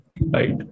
Right